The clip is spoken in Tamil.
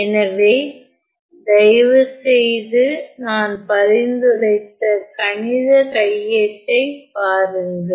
எனவே தயவுசெய்து நான் பரிந்துரைத்த கணித கையேட்டைப் பாருங்கள்